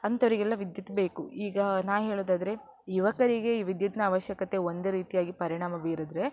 ಅಂಥವರಿಗೆಲ್ಲ ವಿದ್ಯುತ್ ಬೇಕು ಈಗ ನಾ ಹೇಳುವುದಾದ್ರೆ ಯುವಕರಿಗೆ ವಿದ್ಯುತ್ತಿನ ಅವಶ್ಯಕತೆ ಒಂದು ರೀತಿಯಾಗಿ ಪರಿಣಾಮ ಬೀರಿದ್ರೆ